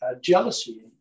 jealousy